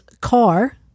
car